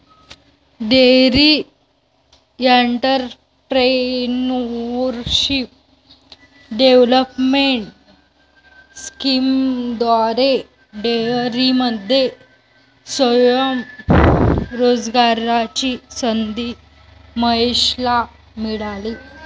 dairy entrepreneurship development स्कीमद्वारे डेअरीमध्ये स्वयं रोजगाराची संधी महेशला मिळाली